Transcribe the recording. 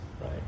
right